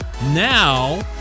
Now